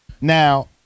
Now